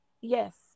Yes